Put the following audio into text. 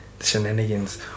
shenanigans